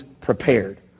prepared